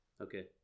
Okay